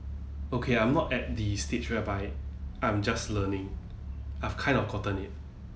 okay I'm not at the stage whereby I'm just learning I've kind of gotten it